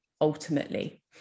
ultimately